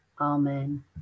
Amen